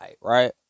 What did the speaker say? right